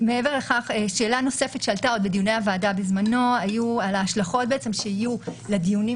שאלה נוספת שעלתה בדיוני הוועדה בזמנו הייתה על ההשלכות שיהיו לדיונים